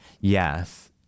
Yes